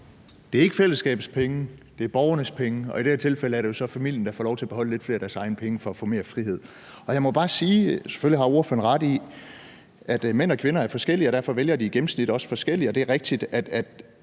Det er ikke fællesskabets penge, det er borgernes penge, og i det her tilfælde er det jo så familien, der får lov til at beholde lidt flere af deres egne penge for at få mere frihed. Jeg må bare sige noget. Selvfølgelig har ordføreren ret i, at mænd og kvinder er forskellige, og derfor vælger de i gennemsnit også forskelligt, og det er rigtigt, at